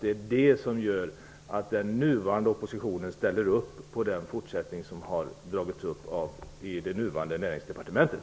Det är ju den som gör att den nuvarande oppositionen ställer upp på den fortsatta linje som har dragits upp av det nuvarande Näringsdepartementet.